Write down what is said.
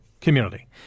community